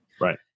Right